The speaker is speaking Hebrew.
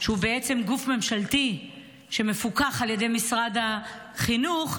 שהוא גוף ממשלתי שמפוקח על ידי משרד החינוך,